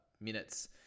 minutes